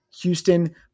Houston